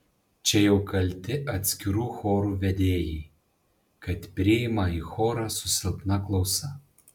čia jau kalti atskirų chorų vedėjai kad priima į chorą su silpna klausa